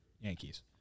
Yankees